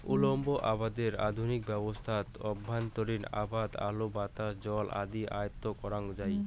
উল্লম্ব আবাদের আধুনিক ব্যবস্থাত অভ্যন্তরীণ আবাদ আলো, বাতাস, জল আদি আয়ত্ব করাং যাই